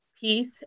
peace